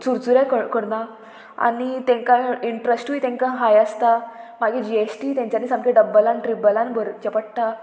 चुरचुरे कर करना आनी तांकां इंट्रस्टूय तांकां हाय आसता मागीर जी एस टी तेंच्यानी सामकें डब्बलान ट्रिबलान भरचें पडटा